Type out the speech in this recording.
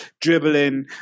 dribbling